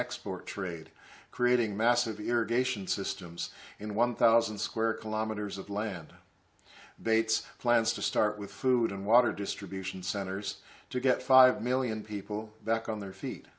export trade creating massive irrigation systems in one thousand square kilometers of land bates plans to start with food and water distribution centers to get five million people back on their feet